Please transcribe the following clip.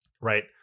Right